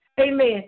amen